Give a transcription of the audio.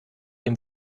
dem